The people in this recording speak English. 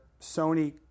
Sony